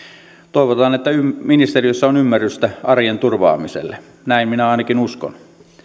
toivotaan että ministeriössä on ymmärrystä arjen turvaamiselle näin minä ainakin uskon